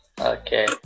Okay